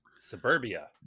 Suburbia